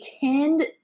tend